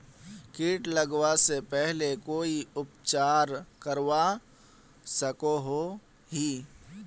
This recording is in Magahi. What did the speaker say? किट लगवा से पहले कोई उपचार करवा सकोहो ही?